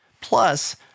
Plus